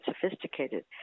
sophisticated